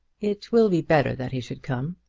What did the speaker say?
it will be better that he should come.